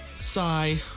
Sigh